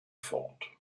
fort